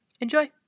Enjoy